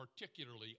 particularly